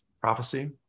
prophecy